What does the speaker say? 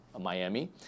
Miami